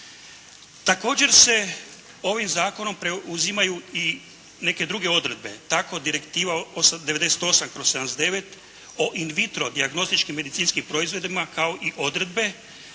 Također se ovim zakonom preuzimaju i neke druge odredbe. Tako Direktiva 98/79 o in vitro dijagnostičkim medicinskim proizvodima, kao i odredbe